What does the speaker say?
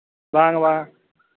ᱵᱟᱝ ᱵᱟᱝ